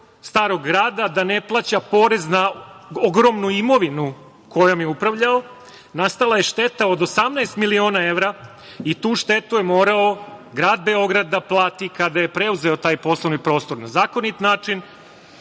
Starog grada da ne plaća porez na ogromnu imovinu kojom je upravljao. Nastala je šteta od 18 miliona evra i tu štetu je morao grad Beograd da plati kada je preuzeo taj „Poslovni prostor“ na zakonit način.